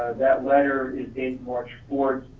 that letter is dated march fourth,